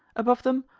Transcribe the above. above them,